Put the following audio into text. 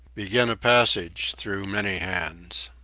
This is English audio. began a passage through many hands.